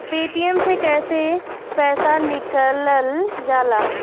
Paytm से कैसे पैसा निकलल जाला?